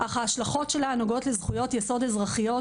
אך ההשלכות שלה הנוגעות לזכויות יסוד אזרחיות,